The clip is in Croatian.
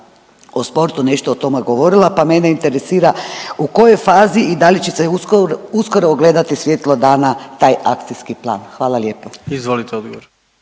o sportu nešto o tome govorila, pa mene interesira u kojoj fazi i da li će se uskoro ugledati svjetlo dana taj akcijski plan. Hvala lijepo. **Jandroković,